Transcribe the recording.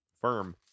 Firm